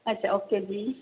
ਅੱਛਾ ਓਕੇ ਜੀ